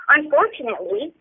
Unfortunately